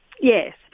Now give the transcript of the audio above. Yes